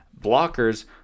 Blockers